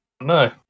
No